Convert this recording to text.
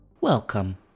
Welcome